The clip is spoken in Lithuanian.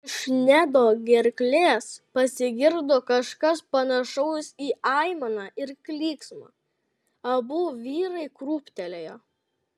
iš nedo gerklės pasigirdo kažkas panašaus į aimaną ir klyksmą abu vyrai krūptelėjo